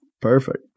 Perfect